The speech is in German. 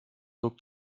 druck